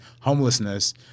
homelessness